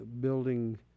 building